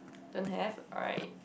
don't have alright